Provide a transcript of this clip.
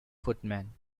footman